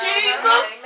Jesus